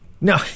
No